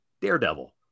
daredevil